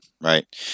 right